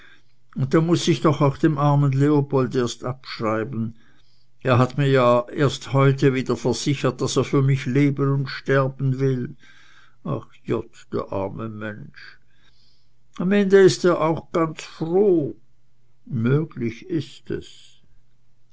und dann muß ich doch auch dem armen leopold erst abschreiben er hat mir ja erst heute wieder versichert daß er für mich leben und sterben will ach jott der arme mensch am ende ist er auch ganz froh möglich is es